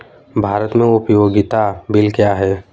भारत में उपयोगिता बिल क्या हैं?